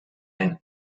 ein